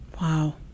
Wow